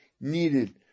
needed